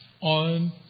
on